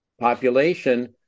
population